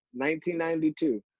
1992